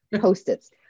Post-its